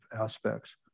aspects